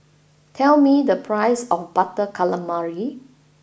tell me the price of Butter Calamari